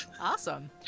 Awesome